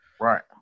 Right